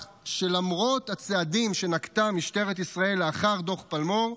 שלמרות הצעדים שנקטה משטרת ישראל לאחר דוח פלמור,